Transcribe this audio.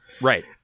Right